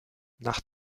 nach